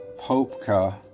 Popka